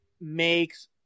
makes